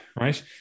Right